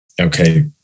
okay